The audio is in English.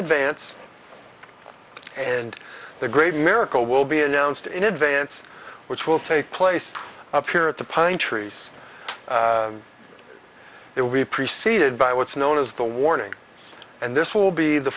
advance and the great miracle will be announced in advance which will take place up here at the pine trees it will be preceded by what's known as the warning and this will be the